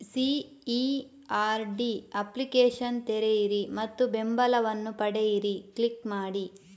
CERD application ತೆರೆಯಿರಿ ಮತ್ತು ಬೆಂಬಲವನ್ನು ಪಡೆಯಿರಿ ಕ್ಲಿಕ್ ಮಾಡಿ